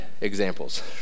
examples